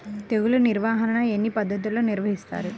తెగులు నిర్వాహణ ఎన్ని పద్ధతుల్లో నిర్వహిస్తారు?